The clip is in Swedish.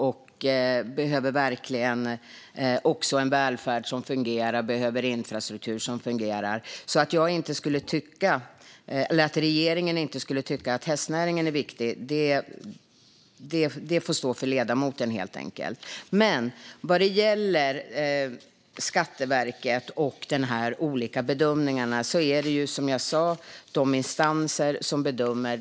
Den behöver också en välfärd och infrastruktur som fungerar. Vad gäller Skatteverket och de olika bedömningarna är det som jag sa de olika instanserna som bedömer.